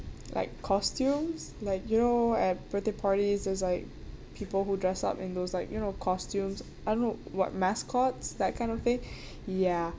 like costumes like you know at birthday parties there's like people who dress up in those like you know costumes I don't know what mascots that kind of thing ya